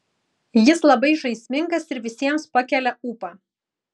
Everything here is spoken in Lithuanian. jis labai žaismingas ir visiems pakelia ūpą